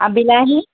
আৰু বিলাহী